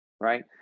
right